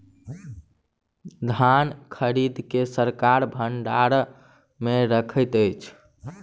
धान खरीद के सरकार भण्डार मे रखैत अछि